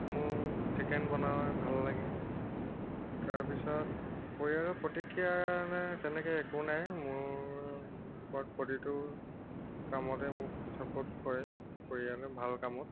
মোৰ চিকেন বনাই ভাল লাগে তাৰপিছত পৰিয়ালৰ প্ৰতিক্ৰিয়া মানে তেনেকৈ একো নাই মোৰ ওপৰত প্ৰতিটো কামতে মোক চাপৰ্ট কৰে পৰিয়ালে ভাল কামত